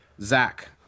zach